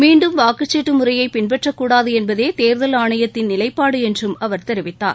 மீண்டும் வாக்குச்சீட்டு முறையை பின்பற்றக்கூடாது என்பதே தேர்தல் ஆணையத்தின் நிலைப்பாடு என்றும் அவர் தெரிவித்தார்